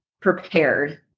prepared